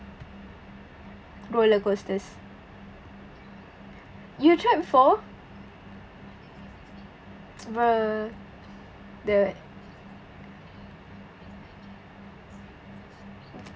rollercoasters you tried before bruh the